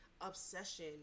obsession